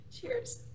Cheers